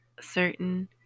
certain